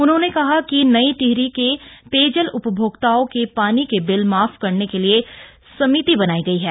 उन्होंने कहा कि नई टिहरी के पेयजल उपभोक्ताओं के पानी के बिल माफ करने के लिए समिति बनाई गई है